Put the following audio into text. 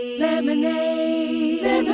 lemonade